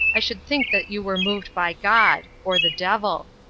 i should think that you were moved by god or the devil.